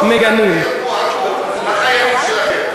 שבעה פלסטינים הרגו החיילים שלכם והמתנחלים.